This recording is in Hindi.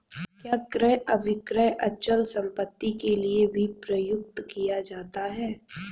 क्या क्रय अभिक्रय अचल संपत्ति के लिये भी प्रयुक्त किया जाता है?